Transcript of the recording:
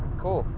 cool,